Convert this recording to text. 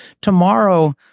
tomorrow